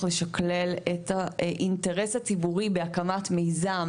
לשקלל את האינטרס הציבורי בהקמת מיזם,